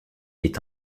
est